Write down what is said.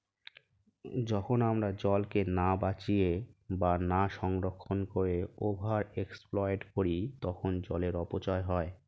যখন আমরা জলকে না বাঁচিয়ে বা না সংরক্ষণ করে ওভার এক্সপ্লইট করি তখন জলের অপচয় হয়